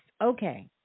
Okay